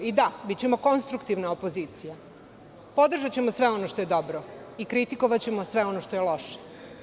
I da, bićemo konstruktivna opozicija, podržaćemo sve ono što je dobro i kritikovaćemo sve ono što je loše.